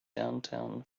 downtown